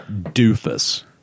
doofus